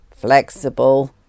flexible